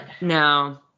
No